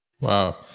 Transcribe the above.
Wow